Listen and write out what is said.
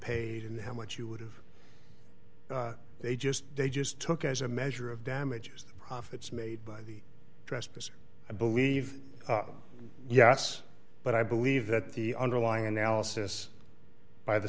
paid and how much you would have they just they just took as a measure of damages the profits made by the trespass i believe yes but i believe that the underlying analysis by the